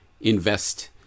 invest